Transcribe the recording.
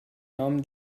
namen